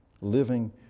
Living